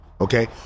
Okay